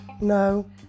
No